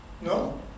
no